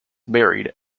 married